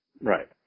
right